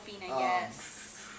yes